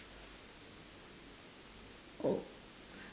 oh